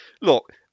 look